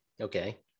Okay